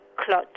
clot